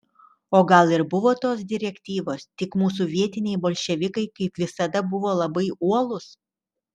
o gal ir buvo tos direktyvos tik mūsų vietiniai bolševikai kaip visada buvo labai uolūs